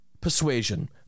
persuasion